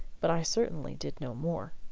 but i certainly did no more.